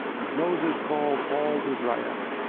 and moses called all israel,